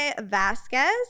Vasquez